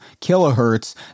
kilohertz